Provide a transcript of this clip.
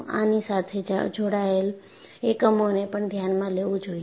આની સાથે જોડાયેલ એકમોને પણ ધ્યાનમાં લેવું જોઈએ